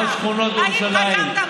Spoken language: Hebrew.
גם השכונות בירושלים,